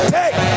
take